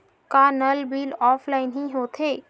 का नल bill offline हि होथे?